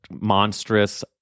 monstrous